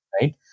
right